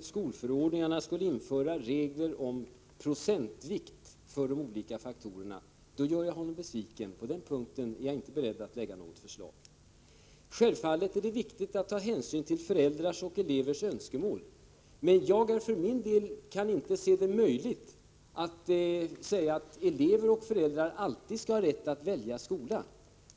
skolförordningen skulle införa regler om procentuell vikt för de olika faktorerna, måste jag göra honom besviken. Något sådant förslag är jag inte beredd att lämna. Självfallet är det viktigt att ta hänsyn till föräldrars och elevers önskemål, men jag kan för min del inte finna det möjligt att säga att elever och föräldrar alltid skall ha rätt att välja skola.